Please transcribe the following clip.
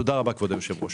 תודה רבה, כבוד היושב-ראש.